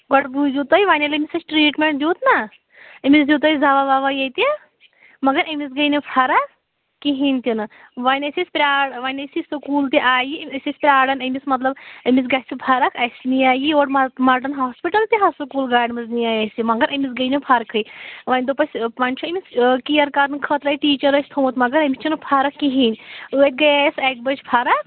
گۄڈٕ بوٗزِو تُہۍ وۅنۍ ییٚلہِ أمِس اَسہِ ٹرٛیٖٹمینٛٹ دیُٚت نا أمِس دیُٚت اَسہِ دَوا وَوا ییٚتہِ مگر أمِس گٔے نہٕ فرق کِہیٖنٛۍ تہِ نہٕ وۅنۍ ٲسۍ أسۍ پرٛار وۅنۍ ہَے یہِ سکوٗل تہِ آیہِ أسۍ ٲسۍ پرٛارن أمِس مطلب أمِس گژھِ فرق اَسہِ نِیٛاے یور ما ماڈٔرٕن ہاسپِٹل تہِ حظ سکوٗل گاڑِ منٛز نِیٛاے اَسہِ یہِ مگر أمِس گٔے نہٕ فرقٕے وۅںۍ دوٚپ اَسہِ وۅنۍ چھُ أمِس کِیر کَرنہٕ خٲطرٕ اَتہِ ٹیٖچَر اَسہِ تھوٚومُت مگر أمِس چھَنہٕ فرق کِہیٖنٛۍ ٲدۍ گٔے یَس اَکہِ بَجہِ فرق